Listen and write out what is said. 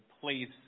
place